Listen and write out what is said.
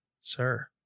sir